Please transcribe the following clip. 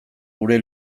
gure